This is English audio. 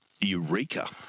Eureka